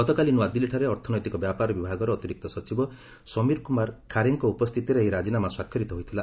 ଗତକାଲି ନ୍ତଆଦିଲ୍କୀଠାରେ ଅର୍ଥନୈତିକ ବ୍ୟାପାର ବିଭାଗର ଅତିରିକ୍ତ ସଚିବ ସମୀର କୁମାର ଖାରେଙ୍କ ଉପସ୍ଥିତିରେ ଏହି ରାଜିନାମା ସ୍ୱାକ୍ଷରିତ ହୋଇଥିଲା